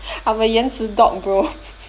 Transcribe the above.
I'm a 言辞 dog bro